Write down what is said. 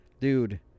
Dude